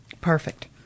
Perfect